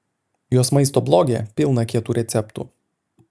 jos maisto bloge pilna kietų receptų